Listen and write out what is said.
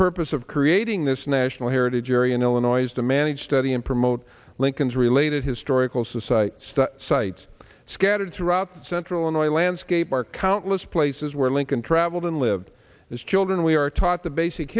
purpose of creating this national heritage area in illinois to manage study and promote lincoln's related historical sites to sites scattered throughout central illinois landscape are countless places where lincoln traveled and lived as children we are taught the basic